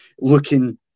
looking